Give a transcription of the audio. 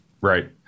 Right